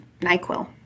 NyQuil